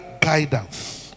guidance